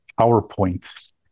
PowerPoint